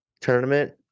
tournament